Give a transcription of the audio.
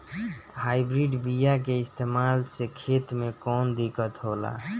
Hybrid बीया के इस्तेमाल से खेत में कौन दिकत होलाऽ?